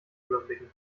überblicken